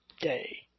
day